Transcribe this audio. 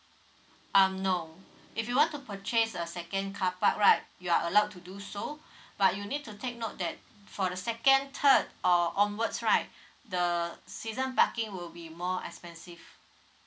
um no if you want to purchase a second carpark right you're allowed to do so but you need to take note that for the second third or onwards right the season parking will be more expensive